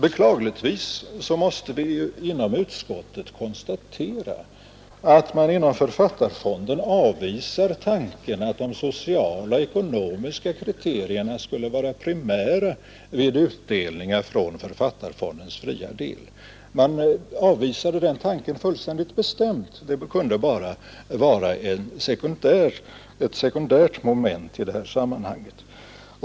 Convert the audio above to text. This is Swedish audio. Beklagligtvis måste vi inom utskottet konstatera att man inom författarfonden avvisar tanken att de sociala och ekonomiska kriterierna skulle vara primära vid utdelningar från författarfondens fria del. Den tanken avvisas bestämt. Det kunde bara vara ett sekundärt moment i detta sammanhang.